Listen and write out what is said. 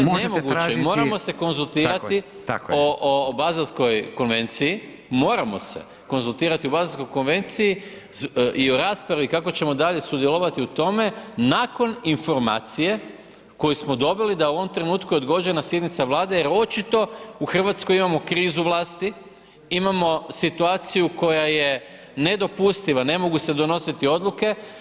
Pa zato je nemoguće, moramo se konzultirati [[Upadica Radin: Tako je, tako je.]] o Baselskoj konvenciji, moramo se konzultirati o Bselskoj konvenciji i o raspravi kako ćemo dalje sudjelovati u tome nakon informacije koju smo dobili da je u ovom trenutku odgođena sjednica Vlade jer očito u Hrvatskoj imamo krizu vlasti, imamo situaciju koje je nedopustiva, ne mogu se donositi odluke.